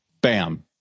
Bam